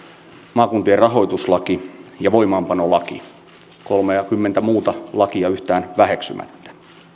maakuntien rahoituslaki ja voimaanpanolaki kolmeakymmentä muuta lakia yhtään väheksymättä